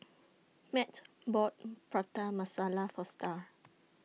Mat bought Prata Masala For STAR